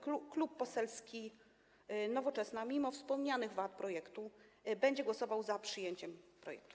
Klub Poselski Nowoczesna, mimo wspomnianych wad projektu, będzie głosował za przyjęciem projektu.